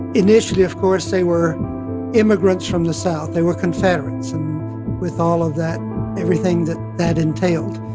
initially, of course, they were immigrants from the south. they were confederates with all of that everything that that entailed.